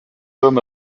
homme